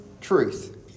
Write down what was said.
truth